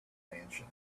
mansion